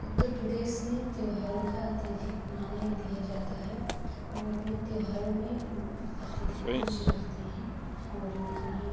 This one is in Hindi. उत्तर प्रदेश में त्योहारों का अत्यधिक मान दिया जाता है वो अपने त्योहारों में अत्यधिक रुचि रखते हैं और उन्हें